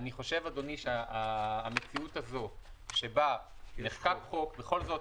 לכן המציאות הזאת שבה נחקק חוק בכל זאת,